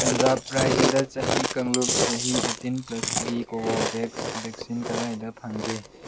ꯄꯟꯖꯥꯕ ꯔꯥꯖ꯭ꯌꯗ ꯆꯍꯤ ꯀꯥꯡꯂꯨꯞ ꯆꯍꯤ ꯑꯩꯠꯇꯤꯟ ꯄ꯭ꯂꯁꯀꯤ ꯀꯣꯕꯣꯕꯦꯛꯁ ꯕꯦꯛꯁꯤꯟ ꯀꯗꯥꯏꯗ ꯐꯪꯒꯦ